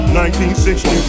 1960